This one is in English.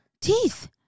teeth